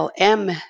LM